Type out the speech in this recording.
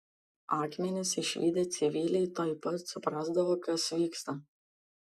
akmenis išvydę civiliai tuoj pat suprasdavo kas vyksta